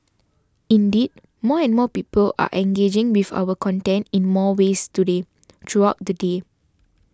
indeed more and more people are engaging with our content in more ways today throughout the day